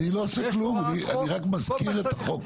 אני לא עושה כלום, אני רק מזכיר את החוק.